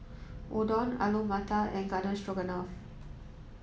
Udon Alu Matar and Garden Stroganoff